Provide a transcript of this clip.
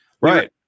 Right